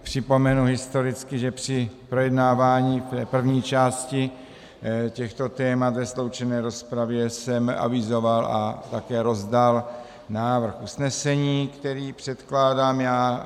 Připomenu historicky, že při projednávání první části těchto témat ve sloučené rozpravě jsem avizoval a také rozdal návrh usnesení, který předkládám já.